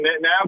now